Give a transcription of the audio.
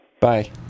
bye